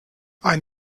ein